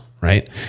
right